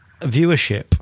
viewership